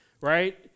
right